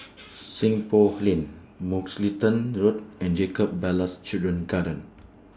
Seng Poh Lane Mugliston Road and Jacob Ballas Children's Garden